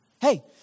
Hey